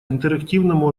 интерактивному